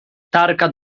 tarka